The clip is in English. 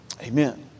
amen